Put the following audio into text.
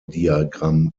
diagramm